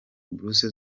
buruse